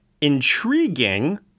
intriguing –